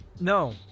No